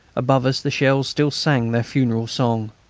above us the shells still sang their funeral song.